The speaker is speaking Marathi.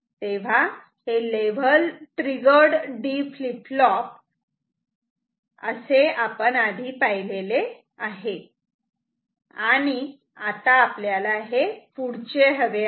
तेव्हा हे level triggered D flip flop असे आपण आधी पाहिलेले आहे आणि आता आपल्याला हे पुढचे हवे आहे